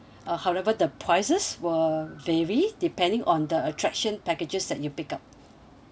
uh however the prices will vary depending on the attraction packages that you pick up